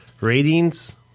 ratings